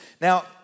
Now